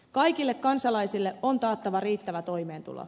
kaikille kansalaisille on taattava riittävä toimeentulo